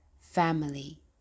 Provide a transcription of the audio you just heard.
family